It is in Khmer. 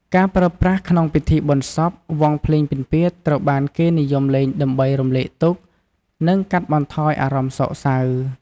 ការប្រើប្រាស់ក្នុងពិធីបុណ្យសព វង់ភ្លេងពិណពាទ្យត្រូវបានគេនិយមលេងដើម្បីរំលែកទុក្ខ និងកាត់បន្ថយអារម្មណ៍សោកសៅ។